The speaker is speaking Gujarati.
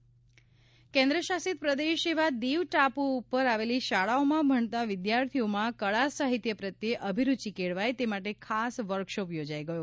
દિવ બાળકોની વર્કશોપ કેન્દ્રશાસિત પ્રદેશ એવા દિવ ટાપુ ઉપર આવેલી શાળાઓમાં ભણતા વિદ્યાર્થીઓમાં કળા સાહિત્ય પ્રત્યે અભિરૂચિ કેળવાય તે માટે ખાસ વર્કશોપ યોજાઈ ગયો